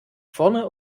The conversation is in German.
vorne